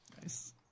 Nice